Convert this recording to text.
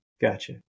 Gotcha